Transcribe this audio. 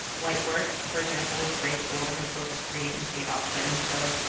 lightworks, for example, is a great tool that has both a free and paid option. so